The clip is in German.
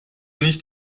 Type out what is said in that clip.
nicht